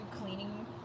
cleaning